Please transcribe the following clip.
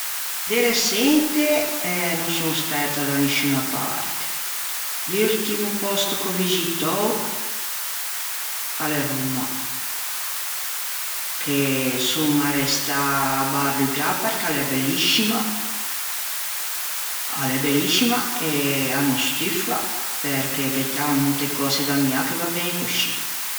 De reçente no son stæta da nisciuña parte. L'urtimo pòsto ch'ò vixitou a l'é Romma che son arrestâ abbarlugâ perché a l'é belliscima a l'é belliscima, a no stuffa perché gh'é tante cöse da ammiâ che va ben coscì.